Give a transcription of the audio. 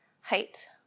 height